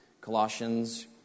Colossians